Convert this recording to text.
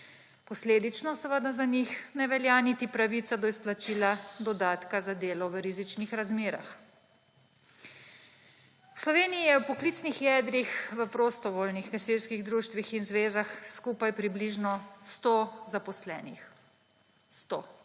posledično seveda za njih ne velja niti pravica do izplačila dodatka za delo v rizičnih razmerah. V Sloveniji je v poklicnih jedrih v prostovoljnih gasilskih društvih in zvezah skupaj približno 100 zaposlenih in